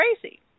crazy